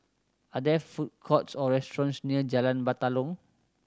are there food courts or restaurants near Jalan Batalong